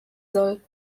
soll